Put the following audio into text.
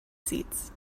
seats